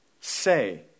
say